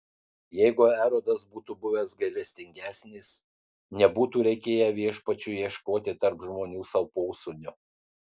jeigu erodas būtų buvęs gailestingesnis nebūtų reikėję viešpačiui ieškoti tarp žmonių sau posūnio